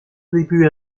début